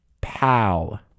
pal